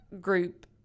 group